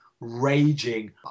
raging